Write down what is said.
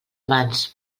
abans